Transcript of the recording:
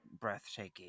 breathtaking